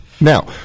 Now